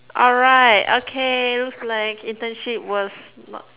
alright okay looks like internship was not